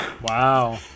Wow